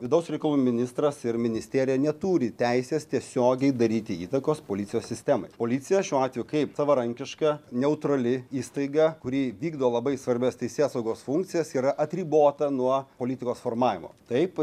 vidaus reikalų ministras ir ministerija neturi teisės tiesiogiai daryti įtakos policijos sistemai policija šiuo atveju kaip savarankiška neutrali įstaiga kuri vykdo labai svarbias teisėsaugos funkcijas yra atribota nuo politikos formavimo taip